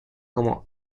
como